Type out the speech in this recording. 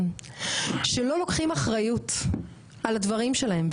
שלא לוקחים אחריות על הדברים שלהם,